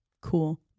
cool